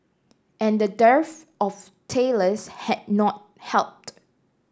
and the dearth of tailors has not helped